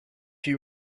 you